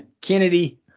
Kennedy